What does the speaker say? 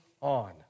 on